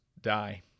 die